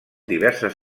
diverses